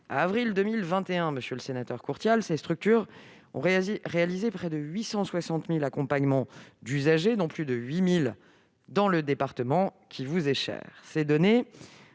à avril 2021, monsieur le sénateur Courtial, ces structures ont réalisé près de 860 000 accompagnements d'usager, dont plus de 8 000 dans le département qui vous est cher.